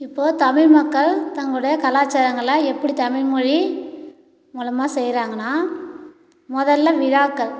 இப்போது தமிழ் மக்கள் தங்களுடைய கலாச்சாரங்களை எப்படி தமிழ் மொழி மூலமாக செய்கிறாங்கன்னா முதல்ல விழாக்கள்